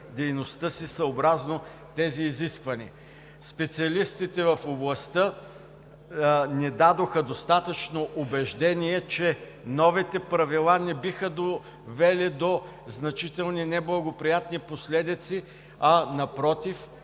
дейността си съобразно тези изисквания. Специалистите в областта ни дадоха достатъчно убеждение, че новите правила не биха довели до значителни неблагоприятни последици, а напротив,